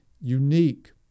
unique